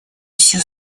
все